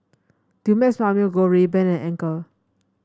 Dumex Mamil Gold Rayban and Anchor